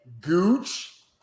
Gooch